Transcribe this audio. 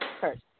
first